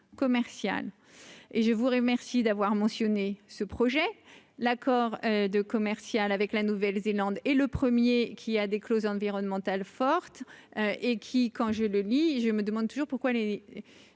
commerciales, et je vous remercie d'avoir mentionné ce projet, l'accord de commercial avec la Nouvelle-Zélande et le premier qui a des clauses environnementales fortes et qui, quand je le lis et je me demande toujours pourquoi les